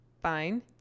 fine